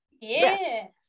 Yes